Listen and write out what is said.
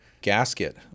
gasket